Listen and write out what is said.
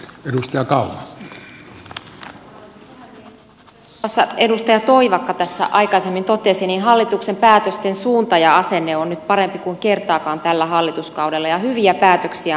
kuten muun muassa edustaja toivakka tässä aikaisemmin totesi niin hallituksen päätösten suunta ja asenne on nyt parempi kuin kertaakaan tällä hallituskaudella ja hyviä päätöksiä on tehty